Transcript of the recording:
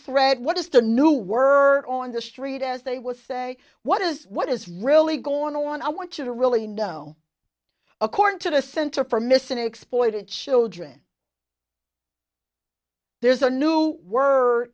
thread what is the new word on the street as they would say what is what is really going on i want you to really know according to the center for missing exploited children there's a new w